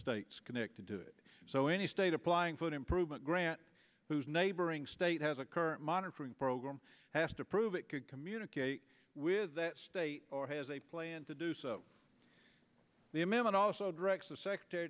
states connected to it so any state applying for an improvement grant whose neighboring state has a current monitoring program has to prove it could communicate with the state or has a plan to do so the amendment also directs the sector